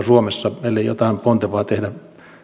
suomessa ellei jotain pontevaa tehdä